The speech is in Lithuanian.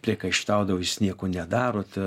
priekaištaudavau jis nieko nedarot